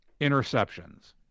interceptions